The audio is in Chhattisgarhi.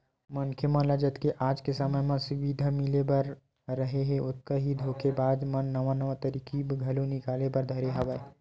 मनखे मन ल जतके आज के समे म सुबिधा मिले बर धरे हे ओतका ही धोखेबाज मन नवा नवा तरकीब घलो निकाले बर धरे हवय